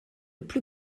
plus